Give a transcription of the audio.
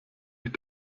ich